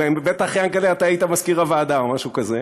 בטח, יענקל'ה, אתה היית מזכיר הוועדה או משהו כזה.